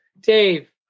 Dave